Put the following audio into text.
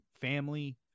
family